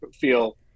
feel